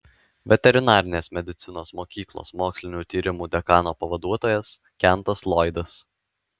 veterinarinės medicinos mokyklos mokslinių tyrimų dekano pavaduotojas kentas loydas